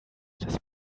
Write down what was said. das